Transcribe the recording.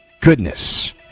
goodness